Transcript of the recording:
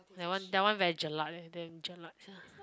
that one that one very jelat eh damn jelat sia